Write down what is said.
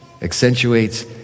accentuates